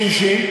שינשין,